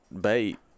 bait